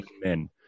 men